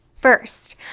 First